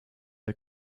der